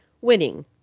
winning